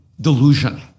delusion